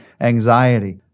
anxiety